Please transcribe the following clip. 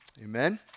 Amen